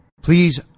Please